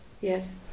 yes